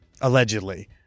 allegedly